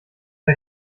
von